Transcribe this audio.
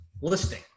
listing